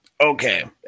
Okay